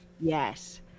Yes